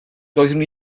doeddwn